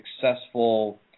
successful